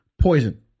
Poison